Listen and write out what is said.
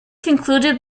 concluded